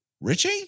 Richie